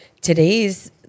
today's